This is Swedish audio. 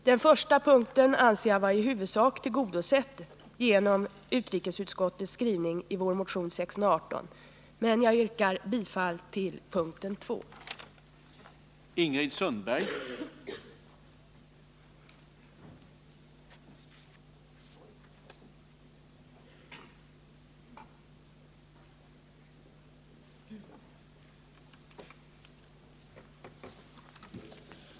Den första punkten i vår motion 618 anser jag vara i huvudsak tillgodosedd genom utrikesutskottets skrivning, men jag yrkar bifall till punkten 2 i motionen.